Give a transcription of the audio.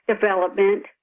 development